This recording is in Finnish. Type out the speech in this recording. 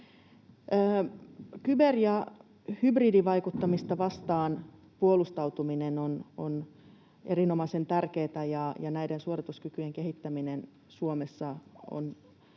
Kyber‑ ja hybridivaikuttamista vastaan puolustautuminen on erinomaisen tärkeätä. Näiden suorituskykyjen kehittäminen Suomessa on